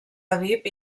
aviv